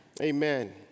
Amen